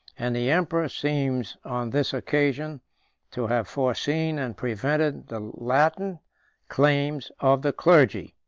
and the emperor seems on this occasion to have foreseen and prevented the latent claims of the clergy.